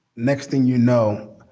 next thing you know,